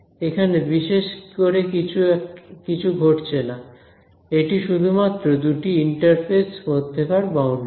এখানে বিশেষ করে কিছু ঘটছে না এটি শুধুমাত্র দুটি ইন্টারফেসের মধ্যেকার বাউন্ডারি